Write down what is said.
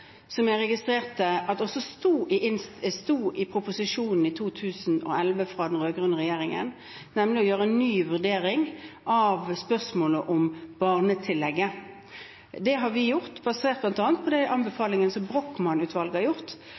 som jeg har registrert også sto i proposisjonen i 2011 fra den rød-grønne regjeringen, av spørsmålet om barnetillegget. Det har vi gjort, bl.a. basert på anbefalingen fra Brochmann-utvalget. Og ja, det er viktig i fremtiden å sørge for at barn har